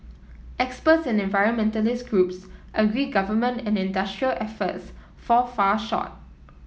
experts and environmentalist groups agree government and industry efforts fall far short